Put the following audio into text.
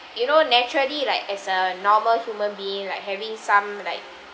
you know naturally like as a normal human being like having some like